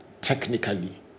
technically